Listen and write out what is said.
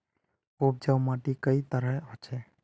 उपजाऊ माटी कई तरहेर होचए?